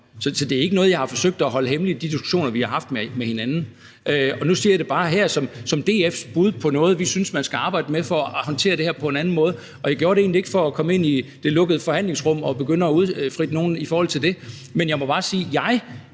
Så det er ikke noget, jeg har forsøgt at holde hemmeligt i de diskussioner, vi har haft med hinanden. Og nu siger jeg det bare her som DF's bud på noget, vi synes man skal arbejde med for at håndtere det her på en anden måde. Jeg gjorde det egentlig ikke for at komme ind i det lukkede forhandlingsrum og begynde at udfritte nogen i forhold til det, men jeg må bare sige –